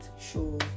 Sure